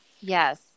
yes